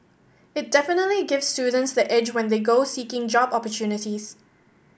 it definitely gives students the edge when they go seeking job opportunities